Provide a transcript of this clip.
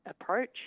approach